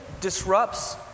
disrupts